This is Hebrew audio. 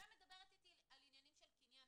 ומדברת אתי על עניינים של קניין.